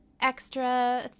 extra